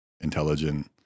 intelligent